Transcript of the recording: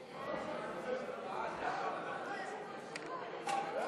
הודעת הממשלה על